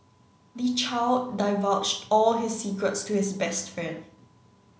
the child divulged all his secrets to his best friend